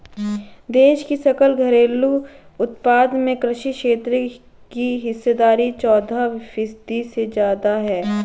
देश की सकल घरेलू उत्पाद में कृषि क्षेत्र की हिस्सेदारी चौदह फीसदी से ज्यादा है